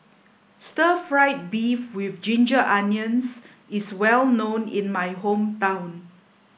stir fried beef with ginger onions is well known in my hometown